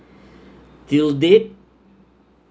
due date